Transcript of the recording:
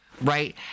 right